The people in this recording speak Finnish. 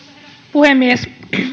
puhemies